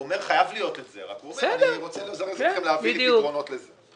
הוא אומר שחייב להיות את זה רק הוא אומר שהוא רוצה להביא פתרונות לזה.